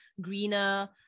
greener